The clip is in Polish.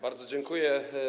Bardzo dziękuję.